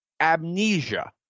amnesia